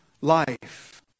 life